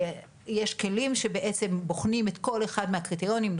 יש כלים שבעצם בוחנים את כל אחד מהקריטריונים,